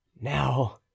now